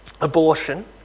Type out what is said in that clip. abortion